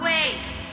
Wait